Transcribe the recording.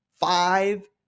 Five